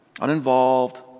uninvolved